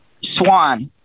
Swan